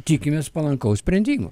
tikimės palankaus sprendimo